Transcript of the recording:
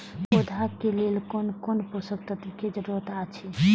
पौधा के लेल कोन कोन पोषक तत्व के जरूरत अइछ?